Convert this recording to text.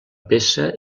peça